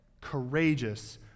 Courageous